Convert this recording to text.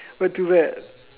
not too bad